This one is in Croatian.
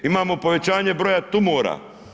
Imamo povećanje broja tumora.